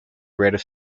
greater